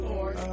Lord